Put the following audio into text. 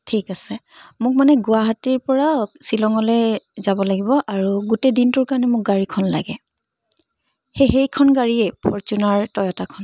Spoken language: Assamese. ঠিক আছে মোক মানে গুৱাহাটীৰ পৰা শ্বিলঙলৈ যাব লাগিব আৰু গোটেই দিনটোৰ কাৰণে মোক গাড়ীখন লাগে সেই সেইখন গাড়ীয়ে ফৰ্চুনাৰ টয়'টাখন